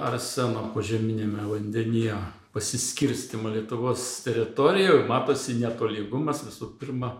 arseno požeminiame vandenyje pasiskirstymą lietuvos teritorijoj matosi netolygumas visų pirma